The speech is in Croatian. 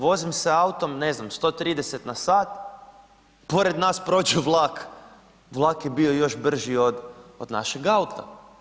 Vozim se autom, ne znam, 130 na sat, pored nas prođe vlak, vlak je bio još brži od našeg auta.